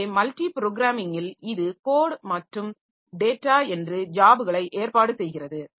எனவே மல்டி புரோகிராமிங்கில் இது கோட் மற்றும் டேட்டா என்று ஜாப்களை ஏற்பாடு செய்கிறது